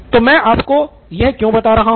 तो मैं आपको यह क्यों बता रहा हूँ